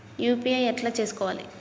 UPI ఎట్లా చేసుకోవాలి?